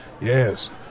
Yes